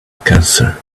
cancer